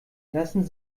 lassen